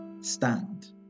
stand